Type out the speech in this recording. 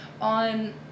on